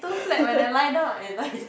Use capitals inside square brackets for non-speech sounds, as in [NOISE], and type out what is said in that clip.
[LAUGHS]